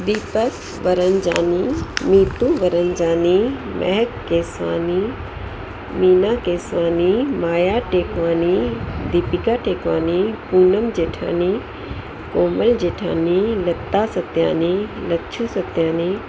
Deepak Paranjani Neetu Varanjani Mehak Keswani Meena Keswani Maya Tekwani Deepika Tekwani Poonam Jethani Komal Jethani Lata Satyani Lachhu Satyani